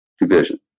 division